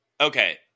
Okay